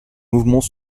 mouvements